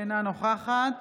אינה נוכחת